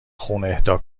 اهدا